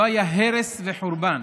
לא היה הרס וחורבן